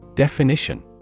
Definition